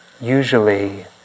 usually